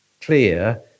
clear